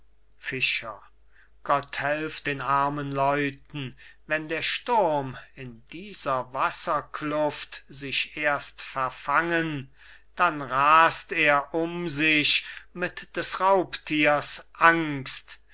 gott helf den armen leuten wenn der sturm in dieser wasserkluft sich erst verfangen dann rast er um sich mit des raubtiers angst